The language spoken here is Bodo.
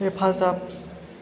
हेफाजाब